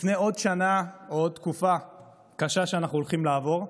לפני עוד שנה או עוד תקופה קשה שאנחנו הולכים לעבור.